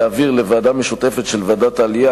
להעביר לוועדה משותפת של ועדת העלייה,